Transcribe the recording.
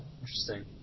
Interesting